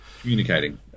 Communicating